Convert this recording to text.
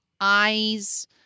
eyes